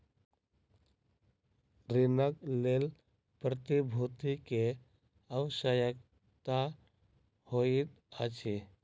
ऋणक लेल प्रतिभूति के आवश्यकता होइत अछि